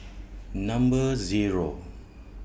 Number Zero